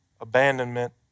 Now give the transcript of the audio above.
abandonment